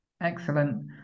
Excellent